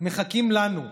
מחכים לנו,